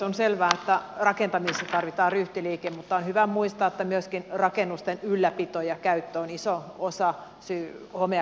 on selvää että rakentamisessa tarvitaan ryhtiliike mutta on hyvä muistaa että myöskin rakennusten ylläpito ja käyttö on iso osasyy home ja kosteusvaurioihin